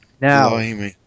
Now